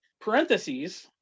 parentheses